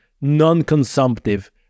non-consumptive